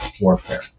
warfare